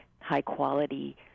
high-quality